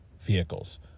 vehicles